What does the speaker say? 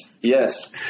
Yes